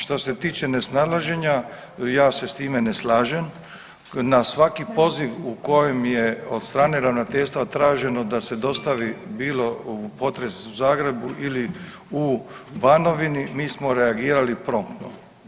Što se tiče nesnalaženja ja se s time ne slažem, na svaki poziv u kojem je od strane Ravnateljstva traženo da se dostavi bilo u potresu u Zagrebu ili u Banovini, mi smo reagirali promptno.